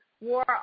war